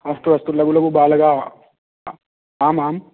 अस्तु अस्तु लघु लघु बालकाः आम् आम्